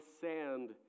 sand